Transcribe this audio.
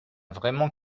vraiment